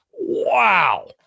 Wow